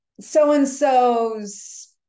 so-and-so's